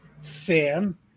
sam